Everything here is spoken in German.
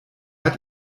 hat